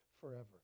forever